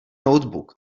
notebook